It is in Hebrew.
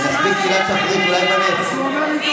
גם אם הוא התבלבל בדפים, להעריץ אותו.